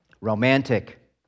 romantic